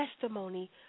testimony